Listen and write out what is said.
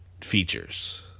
features